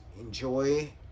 Enjoy